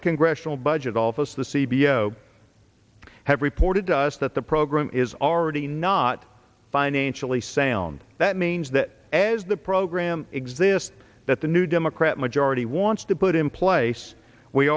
the congressional budget office the c b i have reported to us that the program is already not financially sound that means that as the program exists that the new democrat majority wants to put in place we